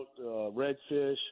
redfish